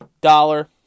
dollar